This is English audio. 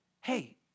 hey